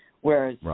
Whereas